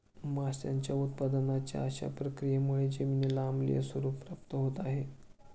माशांच्या उत्पादनाच्या अशा प्रक्रियांमुळे जमिनीला आम्लीय स्वरूप प्राप्त होत आहे